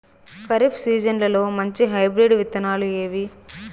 ఖరీఫ్ సీజన్లలో మంచి హైబ్రిడ్ విత్తనాలు ఏవి